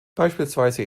beispielsweise